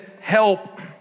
help